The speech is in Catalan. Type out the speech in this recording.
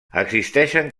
existeixen